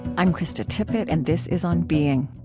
i'm krista tippett and this is on being